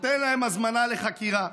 נותן להם הזמנה לחקירה.